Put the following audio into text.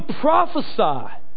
prophesy